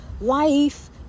Life